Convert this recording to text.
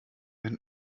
wenn